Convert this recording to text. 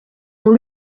ont